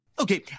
Okay